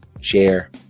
share